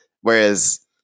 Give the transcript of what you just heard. Whereas